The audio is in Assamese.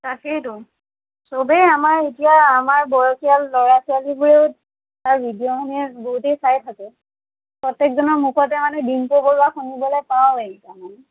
তাকেইটো সবেই আমাৰ এতিয়া আমাৰ বয়সীয়াল ল'ৰা ছোৱালীবোৰেও তাৰ ভিডিঅ' মানে বহুতেই চায় থাকে প্ৰত্যেকজনৰ মুখতে মানে ডিম্পু বৰুৱা শুনিবলৈ পাওঁয়েই